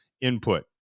input